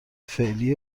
فعلی